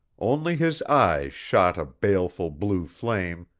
only his eyes shot a baleful blue flame,